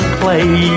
clay